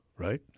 right